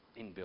inbuilt